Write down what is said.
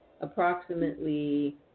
approximately